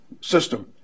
system